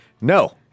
No